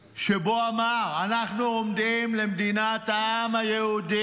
שבו אמר: אנחנו עומדים עם מדינת העם היהודי.